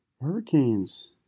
Hurricanes